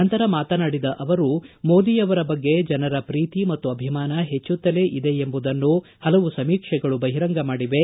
ನಂತರ ಮಾತನಾಡಿದ ಅವರು ಮೋದಿ ಅವರ ಬಗ್ಗೆ ಜನರ ಪ್ರೀತಿ ಮತ್ತು ಅಭಿಮಾನ ಹೆಚ್ಚುತ್ತಲೇ ಇದೆ ಎಂಬುದನ್ನು ಹಲವು ಸಮೀಕ್ಷೆಗಳು ಬಹಿರಂಗ ಮಾಡಿವೆ